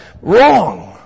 Wrong